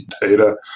data